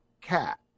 Cat